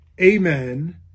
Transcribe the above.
Amen